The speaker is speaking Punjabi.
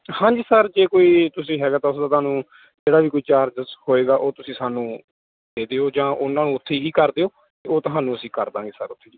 ਹਾਂਜੀ ਸਰ ਜੇ ਕੋਈ ਤੁਸੀਂ ਹੈਗਾ ਤਾਂ ਉਸਦਾ ਤੁਹਾਨੂੰ ਜਿਹੜਾ ਵੀ ਕੋਈ ਚਾਰਜਸ ਹੋਏਗਾ ਉਹ ਤੁਸੀਂ ਸਾਨੂੰ ਦੇ ਦਿਓ ਜਾਂ ਉਹਨਾਂ ਨੂੰ ਉੱਥੇ ਹੀ ਕਰ ਦਿਓ ਉਹ ਤੁਹਾਨੂੰ ਅਸੀਂ ਕਰ ਦਾਂਗੇ ਸਰ ਉੱਥੇ